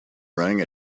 running